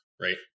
right